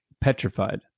petrified